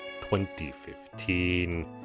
2015